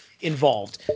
involved